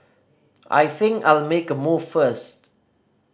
I think I'll make a move first